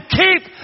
keep